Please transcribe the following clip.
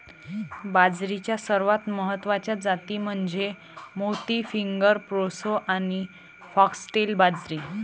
बाजरीच्या सर्वात महत्वाच्या जाती म्हणजे मोती, फिंगर, प्रोसो आणि फॉक्सटेल बाजरी